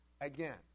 again